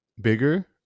bigger